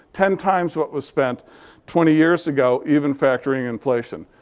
ten times what was spent twenty years ago, even factoring inflation.